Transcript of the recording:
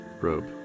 robe